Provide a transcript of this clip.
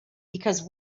because